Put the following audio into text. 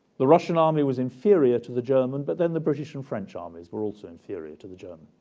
the russian army was inferior to the german, but then the british and french armies were also inferior to the german.